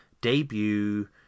debut